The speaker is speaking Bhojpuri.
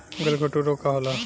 गलघोंटु रोग का होला?